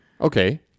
Okay